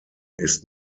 ist